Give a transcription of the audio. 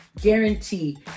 guarantee